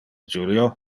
julio